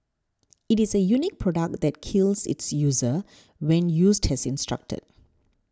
it is a unique product that kills its user when used as instructed